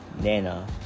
nana